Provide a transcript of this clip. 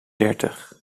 dertig